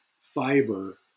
fiber